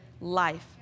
life